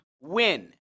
win